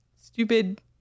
stupid